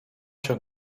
się